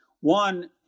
One